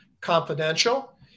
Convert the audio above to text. Confidential